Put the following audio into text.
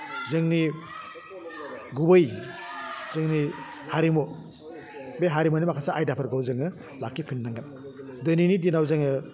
जोंनि गुबै जोंनि हारिमु बे हारिमुनि माखासे आयदाफोरखौ जोङो लाखिफिन्नांगोन दोनैनि दिनाव जोङो